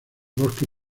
bosque